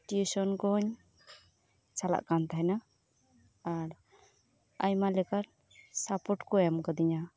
tuition ᱠᱚᱦᱚᱸᱧ ᱪᱟᱞᱟᱜ ᱠᱟᱱ ᱛᱟᱦᱮᱸᱫᱼᱟ ᱟᱨ ᱟᱭᱢᱟ ᱞᱮᱠᱟ ᱥᱟᱯᱳᱴ ᱠᱚ ᱮᱢ ᱠᱟᱫᱤᱧᱟ